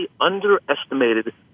underestimated